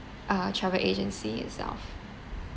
uh travel agency itself